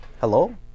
hello